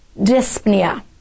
dyspnea